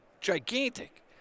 gigantic